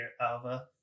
Alva